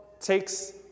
takes